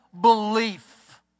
belief